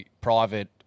private